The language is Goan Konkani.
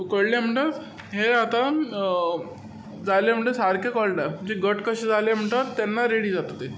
उकडलें म्हणटकच हें आतां जालें म्हणटकच सारकें कळटा म्हणचे घट्ट कशें जाले म्हणटकच तेन्ना रेडी जाता ते